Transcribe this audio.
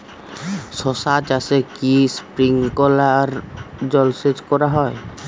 শশা চাষে কি স্প্রিঙ্কলার জলসেচ করা যায়?